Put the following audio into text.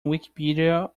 wikipedia